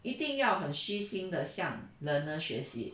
一定要很虚心地向 learner 学习